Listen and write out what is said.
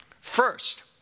First